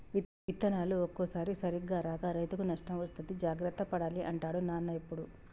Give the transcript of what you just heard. విత్తనాలు ఒక్కోసారి సరిగా రాక రైతుకు నష్టం వస్తది జాగ్రత్త పడాలి అంటాడు నాన్న ఎప్పుడు